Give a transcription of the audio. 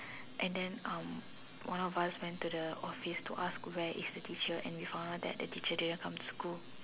and then um one of us went to the office to ask where is the teacher and we found out that the teacher didn't come to school